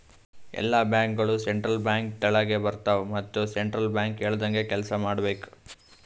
ಎಲ್ಲಾ ಬ್ಯಾಂಕ್ಗೋಳು central bank ತೆಳಗೆ ಬರ್ತಾವ ಮತ್ ಸೆಂಟ್ರಲ್ ಬ್ಯಾಂಕ್ ಹೇಳ್ದಂಗೆ ಕೆಲ್ಸಾ ಮಾಡ್ಬೇಕ್